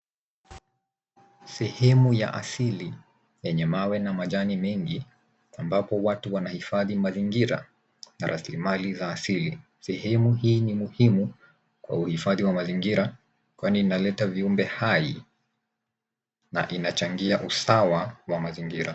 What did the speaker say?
Sehemu ya asili yenye mawe na majani mengi ambapo watu wanahifadhi mazingira, rasilimali na asili. Sehemu hii ni muhimu kwa uhifadhi wa mazingira kwani inaleta viumbe hai na inachangia usawa wa mazingira.